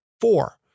Four